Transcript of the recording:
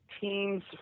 teams